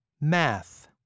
math